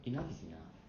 enough is enough